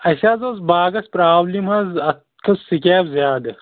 اَسہِ حظ اوس باغَس پرٛابلِم حظ اَتھ کھٔژ سِکیب زیادٕ